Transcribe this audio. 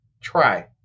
Try